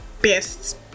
best